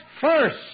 first